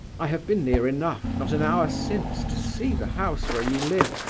i have been near enough, not an hour since, to see the house where you live,